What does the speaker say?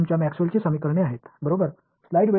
எனவே அவை உங்கள் மேக்ஸ்வெல்லின் Maxwell's சமன்பாடுகள்